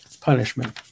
punishment